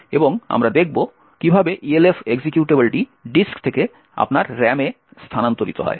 এবং আমরা দেখব কিভাবে ELF এক্সিকিউটেবলটি ডিস্ক থেকে আপনার RAM এ স্থানান্তরিত হয়